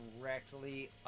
directly